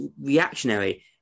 reactionary